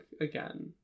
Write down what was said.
again